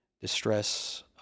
distress